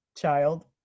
child